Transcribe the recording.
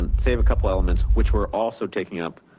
and save a couple elements, which we're also taking up